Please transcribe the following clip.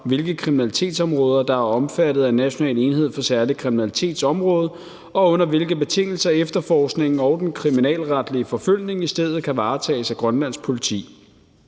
hvilke kriminalitetsområder der er omfattet af National enhed for Særlig Kriminalitets område, og under hvilke betingelser efterforskningen og den kriminalretlige forfølgning i stedet kan varetages af Grønlands Politi.